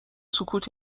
سکوت